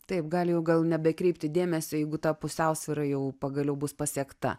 taip gali jau gal nebekreipti dėmesio jeigu ta pusiausvyra jau pagaliau bus pasiekta